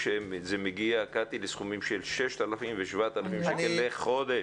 שזה מגיע קטי לסכומים של 6,000 ו-7,000 שקל לחודש.